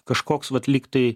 kažkoks vat lyg tai